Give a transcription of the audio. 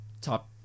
top